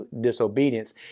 disobedience